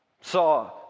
saw